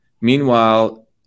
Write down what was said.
Meanwhile